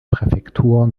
präfektur